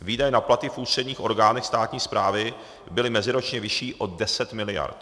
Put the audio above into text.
Výdaje na platy v ústředních orgánech státní správy byly meziročně vyšší o 10 miliard.